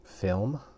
film